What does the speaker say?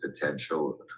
potential